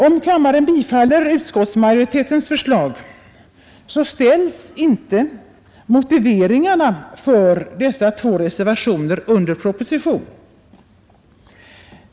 Om kammaren bifaller utskottsmajoritetens förslag, ställs inte motiveringarna för dessa två reservationer under proposition.